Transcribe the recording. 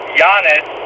Giannis